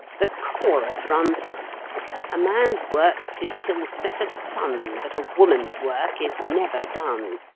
the chorus runs a man's work tis till set of sun, but a woman's work is never done!